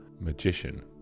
magician